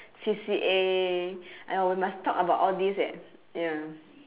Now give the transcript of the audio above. C_C_A !aiya! we must talk about all this eh ya